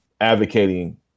advocating